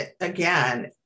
again